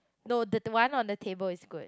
no the the one on the table is good